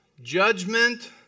judgment